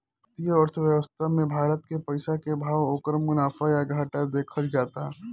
भारतीय अर्थव्यवस्था मे भारत के पइसा के भाव, ओकर मुनाफा या घाटा देखल जाता